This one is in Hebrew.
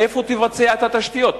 מאיפה תבצע את התשתיות?